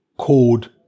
called